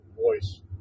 voice